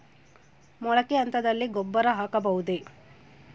ಮೊಳಕೆ ಹಂತದಲ್ಲಿ ಗೊಬ್ಬರ ಹಾಕಬಹುದೇ?